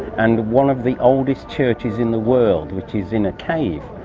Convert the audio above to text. and one of the oldest churches in the world, which is in a cave,